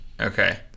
okay